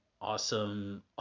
awesome